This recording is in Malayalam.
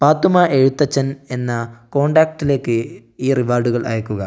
പാത്തുമ്മ എഴുത്തച്ഛൻ എന്ന കോൺടാക്ടിലേക്ക് ഈ റിവാർഡുകൾ അയയ്ക്കുക